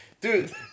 Dude